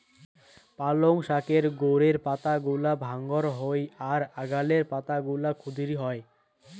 পালঙ শাকের গোড়ের পাতাগুলা ডাঙর হই আর আগালের পাতাগুলা ক্ষুদিরী হয়